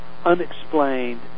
unexplained